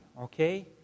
okay